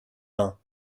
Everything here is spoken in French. reins